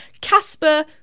Casper